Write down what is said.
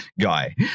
guy